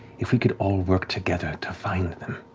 if we could all work together to find them.